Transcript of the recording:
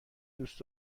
دوست